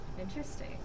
Interesting